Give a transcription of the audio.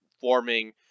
forming